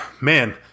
man